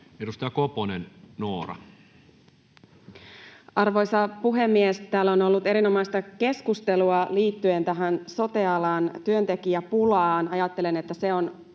Edustaja Koponen, Noora. Arvoisa puhemies! Täällä on ollut erinomaista keskustelua liittyen tähän sote-alan työntekijäpulaan. Ajattelen, että se on